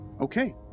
okay